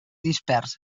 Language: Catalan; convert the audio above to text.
dispers